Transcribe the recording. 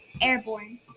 airborne